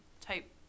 type